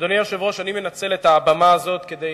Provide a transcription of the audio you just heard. אדוני היושב-ראש, אני מנצל את הבמה הזאת כדי